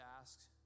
ask